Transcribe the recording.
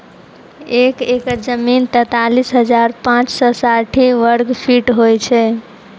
एक एकड़ जमीन तैँतालिस हजार पाँच सौ साठि वर्गफीट होइ छै